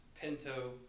pinto